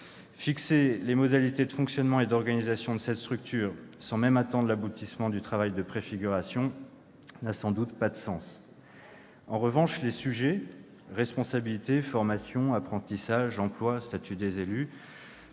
Fixer les modalités de fonctionnement et d'organisation de cette structure, sans même attendre l'aboutissement du travail de préfiguration, n'a sans doute pas de sens. En revanche, divers sujets, comme la responsabilité, la formation, l'apprentissage, l'emploi, le statut des élus